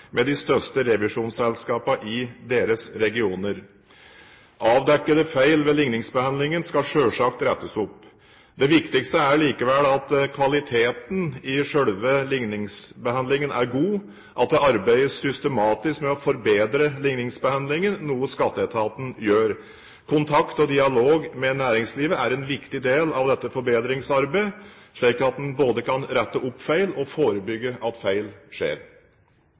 med de største revisjonsselskapene i deres regioner. Avdekkede feil ved ligningsbehandlingen skal selvsagt rettes opp. Det viktigste er likevel at kvaliteten i selve ligningsbehandlingen er god, at det arbeides systematisk med å forbedre ligningsbehandlingen, noe Skatteetaten gjør. Kontakt og dialog med næringslivet er en viktig del av dette forbedringsarbeidet, slik at en både kan rette opp feil og forebygge at feil skjer.